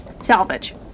Salvage